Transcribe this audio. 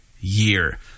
year